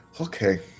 Okay